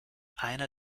einer